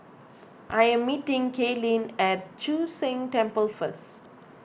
I am meeting Kaelyn at Chu Sheng Temple first